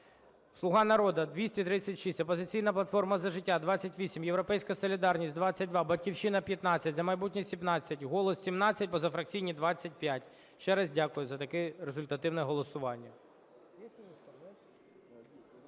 "Слуга народу" – 236, "Опозиційна платформа - За життя" - 28, "Європейська солідарність" – 22, "Батьківщина" - 15, "За майбутнє" – 17, "Голос" – 17, позафракційні – 25. Ще раз дякую за таке результативне голосування.